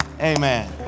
amen